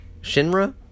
Shinra